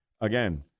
Again